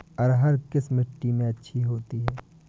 अरहर किस मिट्टी में अच्छी होती है?